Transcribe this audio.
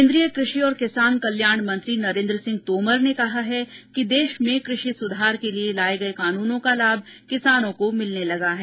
केन्द्रीय कृषि और किसान कल्याण मंत्री नरेंद्र सिंह तोमर ने कहा है कि देश में कृषि सुधार के लिए लाए गए कानुनों का लाभ किसानों को मिलने लगा है